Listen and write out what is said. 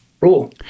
rule